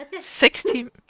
Sixteen